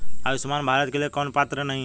आयुष्मान भारत के लिए कौन पात्र नहीं है?